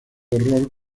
horror